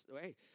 Hey